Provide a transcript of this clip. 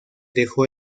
dejó